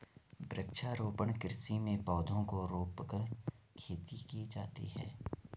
वृक्षारोपण कृषि में पौधों को रोंपकर खेती की जाती है